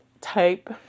type